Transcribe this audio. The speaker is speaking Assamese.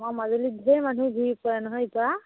অঁ মাজুলীত ধেৰ মানুহ ঘূৰি ফুৰে নহয় এতিয়া